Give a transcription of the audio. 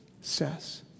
says